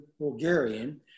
Bulgarian